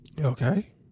okay